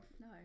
No